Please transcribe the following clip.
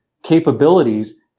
Capabilities